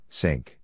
sink